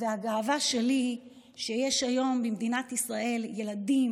הגאווה שלי היא שיש היום במדינת ישראל ילדים